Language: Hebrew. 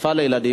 החשיפה לילדים,